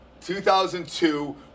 2002